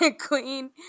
Queen